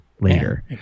later